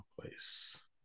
place